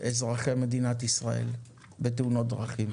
אזרחי מדינת ישראל בתאונות דרכים,